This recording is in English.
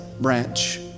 branch